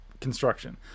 construction